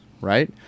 right